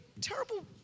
terrible